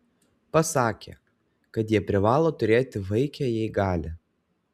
pasakė kad jie privalo turėti vaikę jei gali